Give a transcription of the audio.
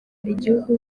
igihugu